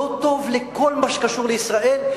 לא טוב לכל מה שקשור לישראל.